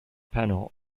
panel